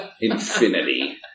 infinity